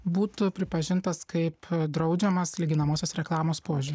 būtų pripažintas kaip draudžiamas lyginamosios reklamos požiūriu